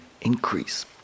increase